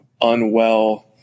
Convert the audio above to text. unwell